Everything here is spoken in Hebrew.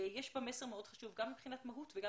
יש בה מסר מאוד חשוב גם מבחינת מהות וגם